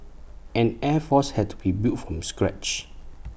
an air force had to be built from scratch